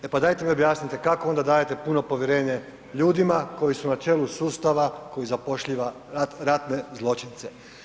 E pa dajte mi objasnite kako onda dajete puno povjerenje ljudima koji su na čelu sustava koji zapošljava ratne zločince.